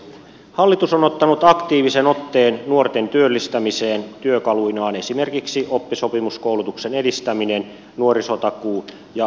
hallitus on ottanut aktiivisen otteen nuorten työllistämiseen työkaluinaan esimerkiksi oppisopimuskoulutuksen edistäminen nuorisotakuu ja sanssi kortti